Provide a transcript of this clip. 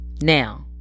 Now